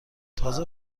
تازه